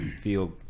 feel